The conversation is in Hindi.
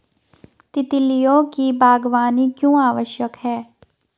तितलियों की बागवानी क्यों आवश्यक है?